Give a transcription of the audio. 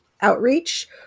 outreach